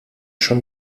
schon